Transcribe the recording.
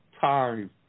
time